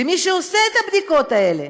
ומי שעושה את הבדיקות האלה